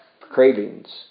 cravings